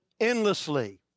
endlessly